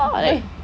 uh